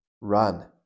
Run